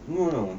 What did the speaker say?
no no